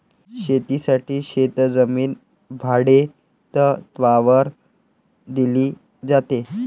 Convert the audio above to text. शेतीसाठी शेतजमीन भाडेतत्त्वावर दिली जाते